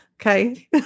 Okay